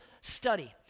study